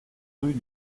rue